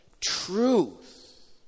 truth